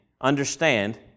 understand